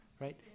right